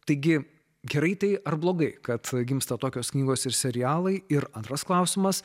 taigi gerai tai ar blogai kad gimsta tokios knygos ir serialai ir antras klausimas